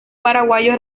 paraguayo